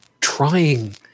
trying